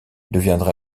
deviendra